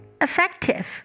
effective